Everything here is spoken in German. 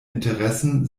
interessen